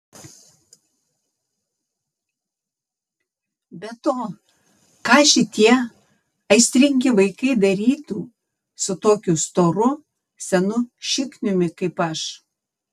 be to ką šitie aistringi vaikai darytų su tokiu storu senu šikniumi kaip aš